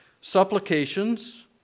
Supplications